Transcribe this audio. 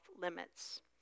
limits